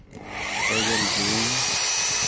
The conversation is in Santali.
ᱯᱮᱜᱮᱞ ᱡᱩᱱ